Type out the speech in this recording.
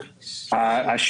ירידה...